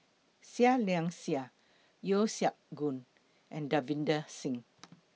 Seah Liang Seah Yeo Siak Goon and Davinder Singh